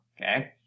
Okay